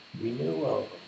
Renewal